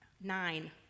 nine